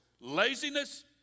laziness